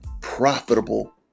profitable